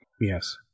Yes